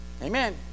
Amen